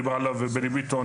דיבר עליו בני ביטון,